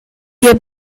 wir